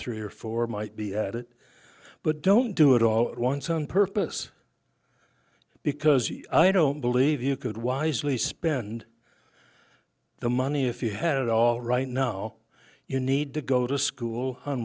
three or four might be at it but don't do it all at once on purpose because i don't believe you could wisely spend the money if you had it all right now you need to go to school on